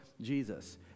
Jesus